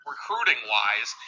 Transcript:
recruiting-wise